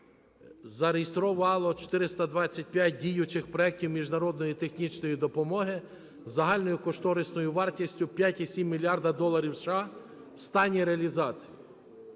зареєструвало 425 діючих проектів міжнародної технічної допомоги загальною кошторисною вартістю 5,7 мільярдів доларів США в стані реалізації.